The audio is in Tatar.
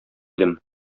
идем